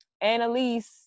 Annalise